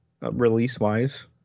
release-wise